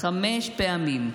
חמש פעמים.